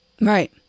Right